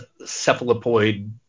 cephalopoid